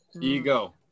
Ego